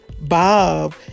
Bob